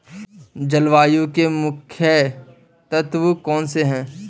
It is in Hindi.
जलवायु के मुख्य तत्व कौनसे हैं?